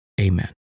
Amen